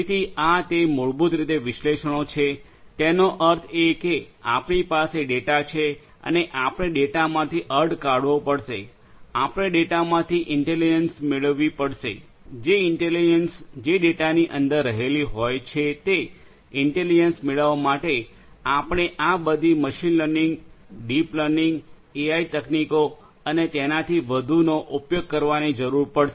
તેથી આ તે મૂળભૂત રીતે વિશ્લેષણો છે તેનો અર્થ એ કે આપણી પાસે ડેટા છે અને આપણે ડેટામાંથી અર્થ કાઢવો પડશે આપણે ડેટામાંથી ઈન્ટેલિજન્સ મેળવવી પડશે જે ઈન્ટેલિજન્સ જે ડેટાની અંદર રહેલી હોય છે તે ઈન્ટેલિજન્સ મેળવવા માટે આપણે આ બધી machine learning deep learning AI તકનીકો અને તેનાથી વધુનો ઉપયોગ કરવાની જરૂર પડશે